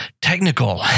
technical